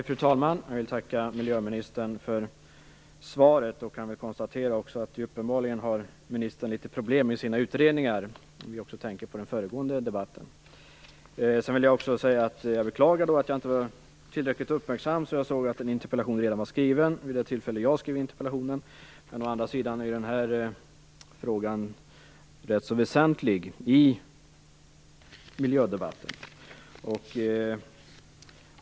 Fru talman! Jag vill tacka miljöministern för svaret. Jag kan också konstatera att ministern uppenbarligen har litet problem med sina utredningar - jag tänker också på den föregående debatten. Jag beklagar att jag inte var tillräckligt uppmärksam för att se att en interpellation redan var skriven vid det tillfälle då jag skrev interpellationen, men den här frågan är ändå rätt väsentlig i miljödebatten.